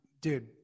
dude